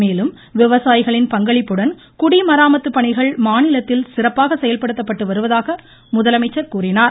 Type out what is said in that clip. மேலும் விவசாயிகளின் பங்களிப்புடன் குடிமராமத்து பணிகள் மாநிலத்தில் சிறப்பாக செயல்படுத்தப்பட்டு வருவதாகவும் முதலமைச்சர் கூறினார்